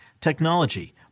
technology